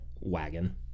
wagon